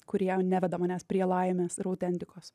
kurie neveda manęs prie laimės ir autentikos